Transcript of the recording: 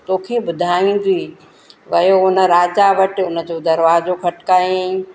तोखे ॿुधाईंदी वियो हुन राजा वटि हुन जो दरवाज़ो खट खायईं